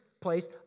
place